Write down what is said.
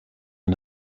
and